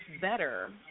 better